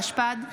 התשפ"ד 2024,